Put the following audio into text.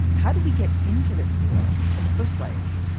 how do we get into this war in the first place?